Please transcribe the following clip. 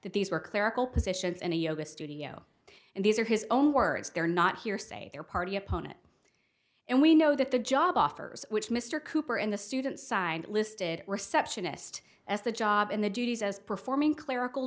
that these were clerical positions in a yoga studio and these are his own words they're not hearsay they're party opponent and we know that the job offers which mr cooper and the student side listed receptionist as the job in the duties as performing clerical